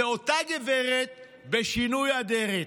זו אותה גברת בשינוי אדרת.